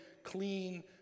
clean